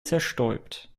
zerstäubt